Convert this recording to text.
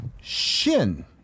Shin